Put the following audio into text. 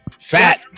fat